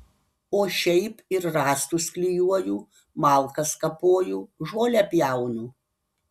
o šiaip ir rąstus klijuoju malkas kapoju žolę pjaunu